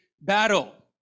battle